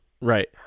Right